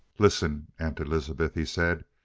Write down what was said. listen, aunt elizabeth, he said,